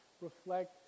reflect